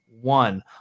one